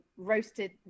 roasted